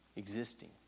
existing